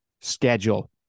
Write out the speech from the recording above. schedule